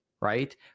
right